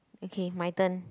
okay my turn